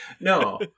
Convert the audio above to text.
No